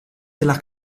della